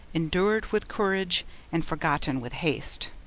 endured with courage and forgotten with haste.